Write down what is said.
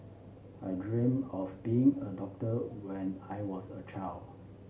I dreamt of being a doctor when I was a child